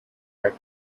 that